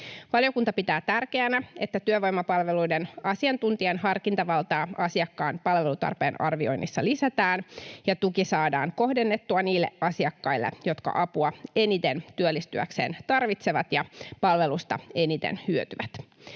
Valiokunta pitää tärkeänä, että työvoimapalveluiden asiantuntijan harkintavaltaa asiakkaan palvelutarpeen arvioinnissa lisätään ja tuki saadaan kohdennettua niille asiakkaille, jotka apua eniten työllistyäkseen tarvitsevat ja palvelusta eniten hyötyvät.